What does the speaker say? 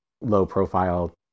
low-profile